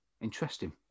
Interesting